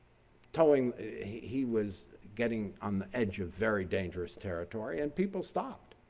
telling he was getting on the edge of very dangerous territory and people stopped.